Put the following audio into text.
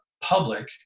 public